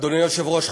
אדוני היושב-ראש,